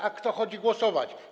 A kto chodzi głosować?